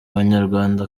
abanyarwanda